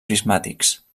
prismàtics